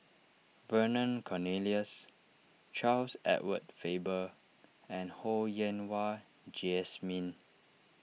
Vernon Cornelius Charles Edward Faber and Ho Yen Wah Jesmine